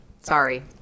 Sorry